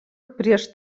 prieš